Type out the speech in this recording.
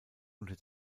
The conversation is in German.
unter